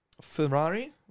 Ferrari